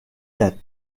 that